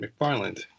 McFarland